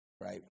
right